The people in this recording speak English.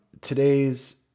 Today's